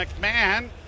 McMahon